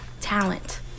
talent